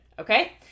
okay